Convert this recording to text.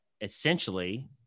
essentially